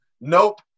Nope